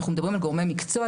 אנחנו מדברים על גורמי מקצוע,